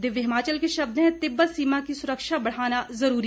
दिव्य हिमाचल के शब्द हैं तिब्बत सीमा की सुरक्षा बढ़ाना जरूरी